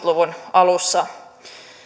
luvun alussa